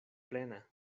plena